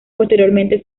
posteriormente